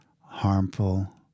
harmful